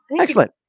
Excellent